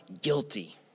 guilty